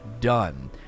done